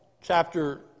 chapter